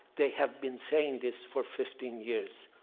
they have been saying this for fifteen years.